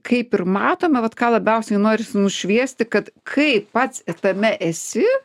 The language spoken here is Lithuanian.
kaip ir matome vat ką labiausiai norisi nušviesti kad kai pats tame esi